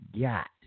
got